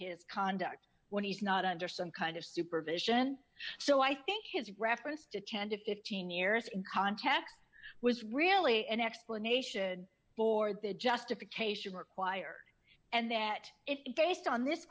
his conduct when he's not under some kind of supervision so i think his reference to tend to fifteen years in context was really an explanation for the justification required and that it based on this